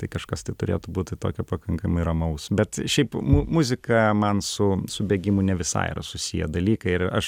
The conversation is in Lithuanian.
tai kažkas tai turėtų būti tokio pakankamai ramaus bet šiaip muzika man su su bėgimu ne visai yra susiję dalykai ir aš